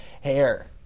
hair